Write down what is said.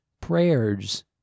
prayers